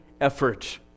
effort